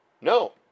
No